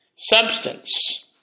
substance